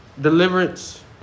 deliverance